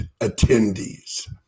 attendees